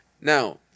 Now